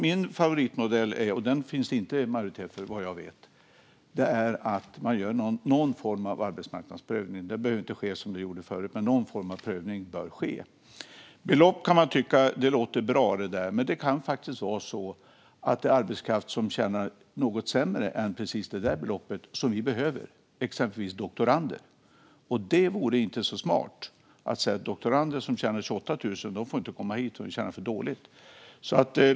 Min favoritmodell, och den finns det inte majoritet för vad jag vet, är att man gör någon form av arbetsmarknadsprövning. Den behöver inte ske som förut, men någon form av prövning bör ske. Belopp kan man tycka låter bra, men det kan faktiskt vara så att det finns arbetskraft som vi behöver och som tjänar något sämre än precis det beloppet, exempelvis doktorander. Det vore inte så smart att säga att doktorander som tjänar 28 000 i månaden inte får komma hit, eftersom de tjänar för dåligt.